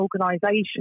organisation